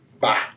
bye